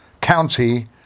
county